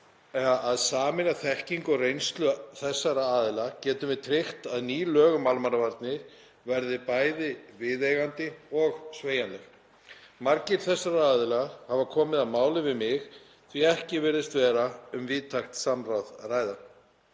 að sameina þekkingu og reynslu þessara aðila getum við tryggt að ný lög um almannavarnir verði bæði viðeigandi og sveigjanleg. Margir þessara aðila hafa komið að máli við mig því að ekki virðist vera um víðtækt samráð að ræða.